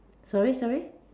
sorry sorry